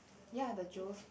ya the Joe's food shack